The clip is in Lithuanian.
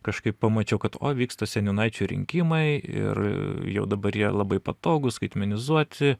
kažkaip pamačiau kad o vyksta seniūnaičių rinkimai ir jau dabar jie labai patogūs skaitmenizuoti